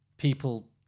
People